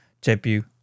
debut